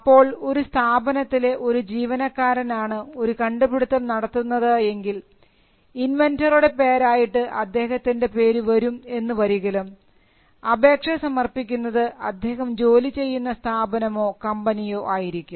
അപ്പോൾ ഒരു സ്ഥാപനത്തിലെ ഒരു ജീവനക്കാരനാണ് ഒരു കണ്ടുപിടുത്തം നടത്തുന്നത് എങ്കിൽ ഇൻവെൻന്ററുടെ പേരായിട്ട് അദ്ദേഹത്തിൻറെ പേര് വരും എന്നു വരികിലും അപേക്ഷ സമർപ്പിക്കുന്നത് അദ്ദേഹം ജോലി ചെയ്യുന്ന സ്ഥാപനമോ കമ്പനിയോ ആയിരിക്കും